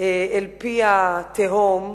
אל פי התהום,